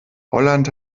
holland